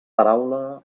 paraula